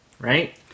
Right